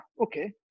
okay